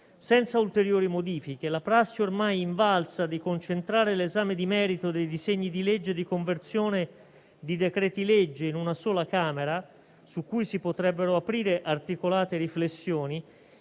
senza ulteriori modifiche. La prassi ormai invalsa di concentrare l'esame di merito dei disegni di legge di conversione dei decreti-legge in una sola Camera, su cui si potrebbero aprire articolate riflessioni,